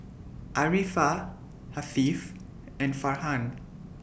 Arifa Hasif and Farhan